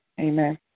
Amen